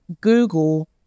google